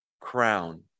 crown